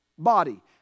body